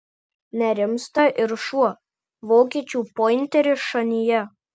nerimsta ir šuo vokiečių pointeris šanyje